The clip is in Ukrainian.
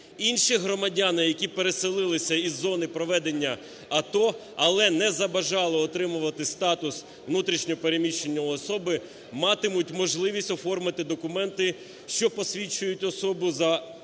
Інші громадяни, які переселилися із зони проведення АТО, але не забажали отримувати статус внутрішньо переміщеної особи, матимуть можливість оформити документи, що посвідчують особу за фактичним